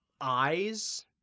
eyes